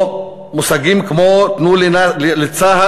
או מושגים כמו תנו לצה"ל,